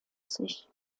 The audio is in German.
sich